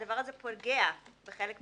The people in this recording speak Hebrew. הדבר הזה פוגע בחלק מהאוכלוסיות.